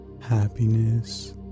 happiness